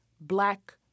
Black